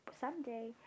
someday